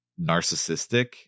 narcissistic